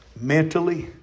mentally